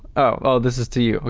oh, this is to you.